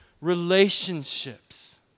relationships